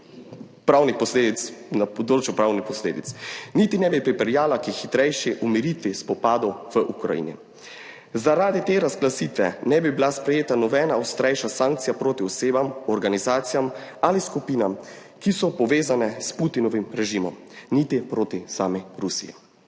neposrednih pravnih posledic, niti ne bi pripeljala k hitrejši umiritvi spopadov v Ukrajini. Zaradi te razglasitve ne bi bila sprejeta nobena ostrejša sankcija proti osebam, organizacijam ali skupinam, ki so povezane s Putinovim režimom, niti proti sami Rusiji.